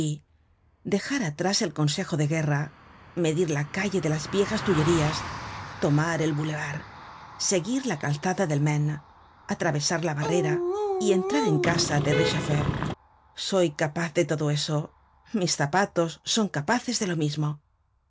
dejar atrás el consejo de guerra medir la calle de las viejas tullerías tomar el boulevard seguir la calzada del maine atravesar la barrera y entrar en casa de richefeu soy capaz de todo esto mis zapatos son capaces de lo mismo